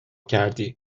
کردی